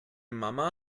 mama